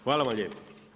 Hvala vam lijepo.